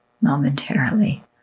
momentarily